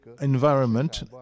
environment